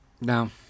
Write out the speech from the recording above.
No